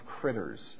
critters